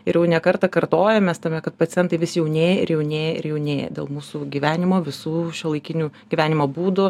ir jau ne kartą kartojamės tame kad pacientai vis jaunėja ir jaunėja ir jaunėja dėl mūsų gyvenimo visų šiuolaikinių gyvenimo būdų